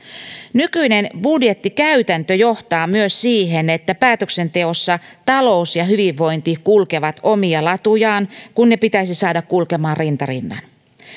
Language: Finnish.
nykyinen budjettikäytäntö johtaa myös siihen että päätöksenteossa talous ja hyvinvointi kulkevat omia latujaan kun ne pitäisi saada kulkemaan rinta rinnan